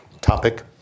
topic